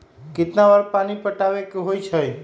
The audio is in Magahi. कितना बार पानी पटावे के होई छाई?